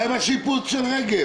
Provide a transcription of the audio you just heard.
מה עם השיפוץ של רגב?